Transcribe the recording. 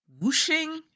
whooshing